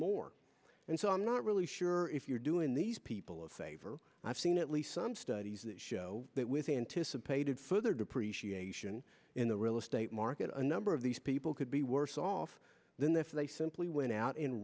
more and so i'm not really sure if you're doing these people of favor i've seen at least some studies that show that with anticipated further depreciation in the real estate market a number of these people could be worse off than if they simply went out and